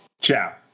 Ciao